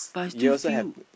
you also have